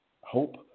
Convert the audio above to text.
hope